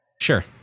sure